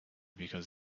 because